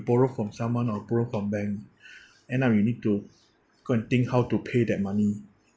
borrow from someone or borrow from bank end up you need to go and think how to pay that money